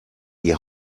die